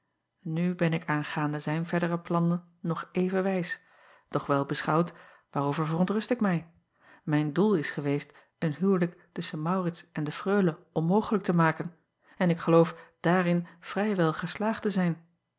nu ben ik aangaande zijn verdere plannen nog even wijs doch wel beschouwd waarover verontrust ik mij mijn doel is geweest een huwelijk tusschen aurits en de reule onmogelijk te maken en ik geloof daarin vrij wel geslaagd te zijn